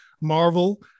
Marvel